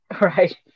right